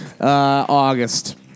August